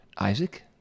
Isaac